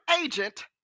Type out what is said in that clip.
agent